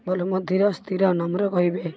ଭଲ ମୁଁ ଧୀର ସ୍ଥିର ନମ୍ର କହିବେ